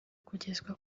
kugezwa